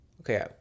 okay